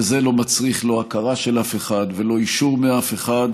וזה לא מצריך לא הכרה של אף אחד ולא אישור מאף אחד.